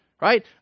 right